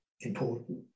important